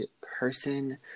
person